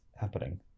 happening